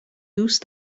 دوست